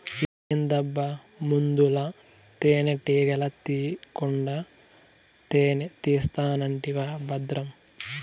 ఏందబ్బా ముందల తేనెటీగల తీకుండా తేనే తీస్తానంటివా బద్రం